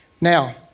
now